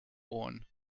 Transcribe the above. born